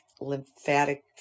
lymphatic